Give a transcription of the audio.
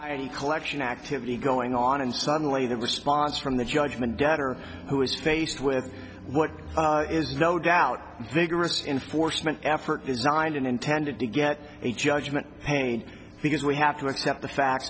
i collect an activity going on and suddenly the response from the judgment debtor who is faced with what is no doubt vigorous enforcement effort designed and intended to get a judgment pain because we have to accept the fact